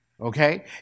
Okay